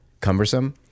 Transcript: cumbersome